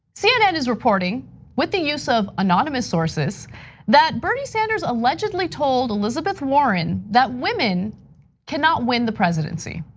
cnn is reporting with the use of anonymous sources that bernie sanders allegedly told elizabeth warren that women cannot win the presidency.